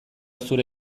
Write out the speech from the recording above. zure